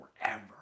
forever